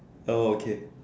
oh okay